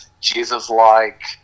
Jesus-like